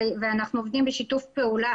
ואנחנו עובדים בשיתוף פעולה.